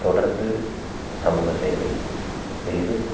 தொடர்ந்து சமூக சேவை செய்து